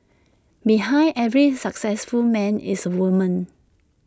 behind every successful man is A woman